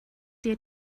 dir